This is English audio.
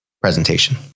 presentation